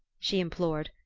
she implored,